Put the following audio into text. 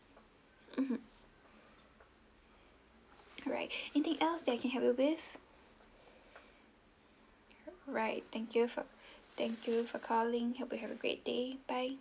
mmhmm alright anything else that I can help you with right thank you for thank you for calling hope you have a great day bye